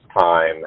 time